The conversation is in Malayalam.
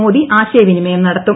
മോദി ആശയവിനിമയം നടത്തും